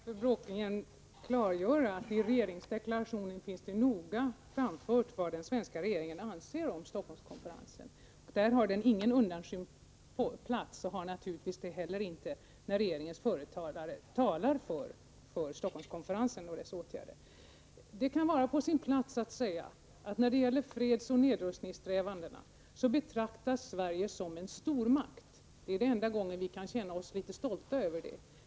Herr talman! Får jag bara för fru Bråkenhielm klargöra att det i regeringsdeklarationen noggrant redogörs för vad den svenska regeringen anser om Stockholmskonferensen. Där har konferensen ingen undanskymd plats, och den har det naturligtvis inte heller när regeringens företrädare talar för Stockholmskonferensen och dess åtgärder. Det kan vara på sin plats att nämna att Sverige när det gäller fredsoch nedrustningssträvanden betraktas som en stormakt — det är enda gången vi kan känna oss litet stolta över det.